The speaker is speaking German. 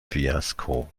fiasko